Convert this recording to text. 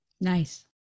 Nice